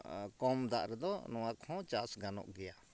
ᱠᱚᱢ ᱫᱟᱜ ᱨᱮᱫᱚ ᱱᱚᱣᱟ ᱠᱚᱦᱚᱸ ᱪᱟᱥ ᱜᱟᱱᱚᱜ ᱜᱮᱭᱟ